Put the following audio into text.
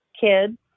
kids